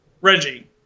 Reggie